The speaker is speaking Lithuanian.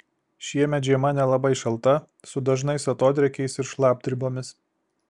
šiemet žiema nelabai šalta su dažnais atodrėkiais ir šlapdribomis